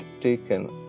taken